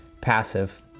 passive